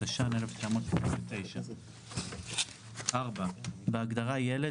התש"ן 1989‏". (4)בהגדרה "ילד",